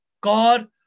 God